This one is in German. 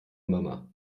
mama